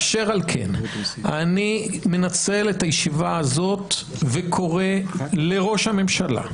אשר על כן אני מנצל את הישיבה הזאת וקורא לראש הממשלה,